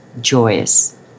joyous